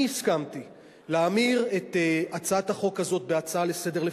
אני הסכמתי להמיר את הצעת החוק הזאת להצעה לסדר-היום,